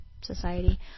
society